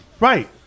Right